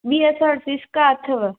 हीअ त टीस्का अथव